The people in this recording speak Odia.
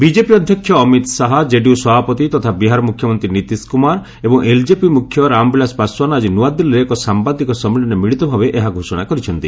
ବିଜେପି ଅଧ୍ୟକ୍ଷ ଅମିତ ଶାହା ଜେଡିୟୁ ସଭାପତି ତଥା ବିହାର ମୁଖ୍ୟମନ୍ତ୍ରୀ ନୀତିଶ କୁମାର ଏବଂ ଏଲ୍ଜେପି ମୁଖ୍ୟ ରାମବିଳାସ ପାଶ୍ୱାନ ଆଜି ନୂଆଦିଲ୍ଲୀରେ ଏକ ସାମ୍ବାଦିକ ସମ୍ମିଳନୀରେ ମିଳିତ ଭାବେ ଏହା ଘୋଷଣା କରିଛନ୍ତି